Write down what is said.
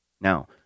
Now